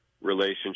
relationship